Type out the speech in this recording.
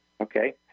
Okay